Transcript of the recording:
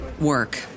work